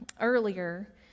earlier